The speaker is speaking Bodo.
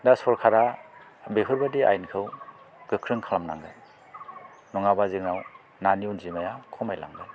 दा सरकारा बेफोरबायदि आयेनखौ गोख्रों खालामनांगोन नङाबा जोंनाव नानि अनजिमाया खमायलांगोन